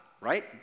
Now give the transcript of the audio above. right